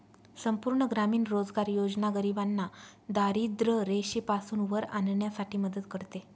संपूर्ण ग्रामीण रोजगार योजना गरिबांना दारिद्ररेषेपासून वर आणण्यासाठी मदत करते